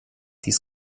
dies